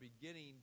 beginning